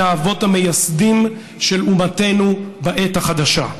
האבות המייסדים של אומתנו בעת החדשה.